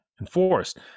enforced